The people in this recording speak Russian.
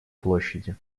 площади